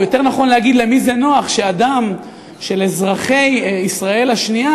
או יותר נכון להגיד: למי זה נוח שהדם של אזרחי ישראל השנייה,